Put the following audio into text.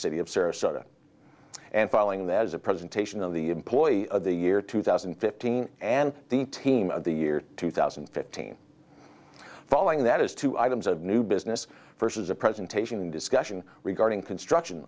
city of sarasota and following that as a presentation of the employee of the year two thousand and fifteen and the team of the year two thousand and fifteen following that is two items of new business versus a presentation discussion regarding construction